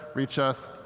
reach us,